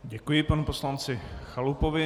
Děkuji panu poslanci Chalupovi.